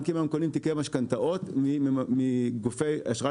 בנקים היום קונים תיקי משכנתאות מגופי אשראי